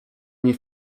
nie